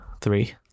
three